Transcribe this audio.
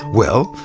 well,